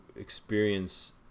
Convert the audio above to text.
experience